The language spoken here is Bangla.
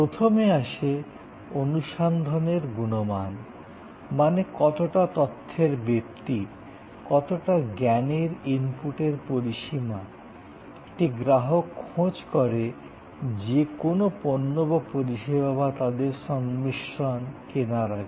প্রথমে আসে অনুসন্ধানের গুণমান মানে কতটা তথ্যের ব্যাপ্তি কতটা জ্ঞানের ইনপুটের পরিসীমা একটি গ্রাহক খোঁজ করে যে কোনও পণ্য বা পরিষেবা বা তাদের সংমিশ্রণ কেনার আগে